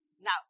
Now